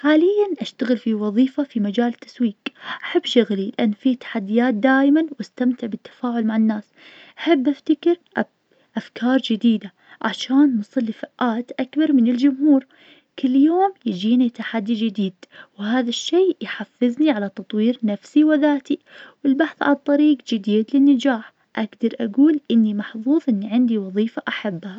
حالياً أشتغل في وظيفة في مجال تسويق, أحب شغلي لأن في تحديات دايماً, واستمتع بالتفاعل مع الناس, أحب أفتكر اب- أفكار جديدة, عشان نصل لفئات أكبر من الجمهور, كل يوم يجيني تحدي جديد, وهذا الشي يحفزني على تطوير نفسي وذاتي, والبحث عن طريق جديد للنجاح, أقدر أقول إني محفوظ إن عندي وظيفة أحبها.